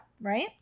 right